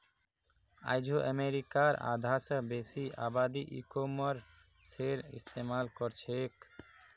आइझो अमरीकार आधा स बेसी आबादी ई कॉमर्सेर इस्तेमाल करछेक